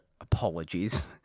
apologies